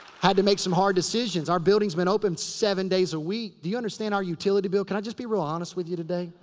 had to make some hard decisions. our building's been open seven days a week. do you understand our utility bill? can i just be real honest with you today?